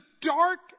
dark